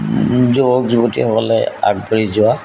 যুৱক যুৱতীসকলে আগবাঢ়ি যোৱা